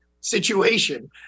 situation